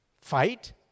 fight